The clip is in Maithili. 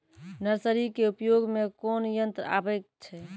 नर्सरी के उपयोग मे कोन यंत्र आबै छै?